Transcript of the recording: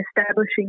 establishing